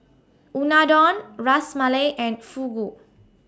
Unadon Ras Malai and Fugu